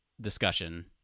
discussion